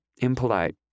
impolite